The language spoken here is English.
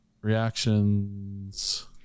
reactions